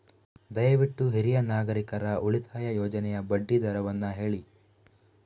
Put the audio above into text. ದಯವಿಟ್ಟು ಹಿರಿಯ ನಾಗರಿಕರ ಉಳಿತಾಯ ಯೋಜನೆಯ ಬಡ್ಡಿ ದರವನ್ನು ಹೇಳಿ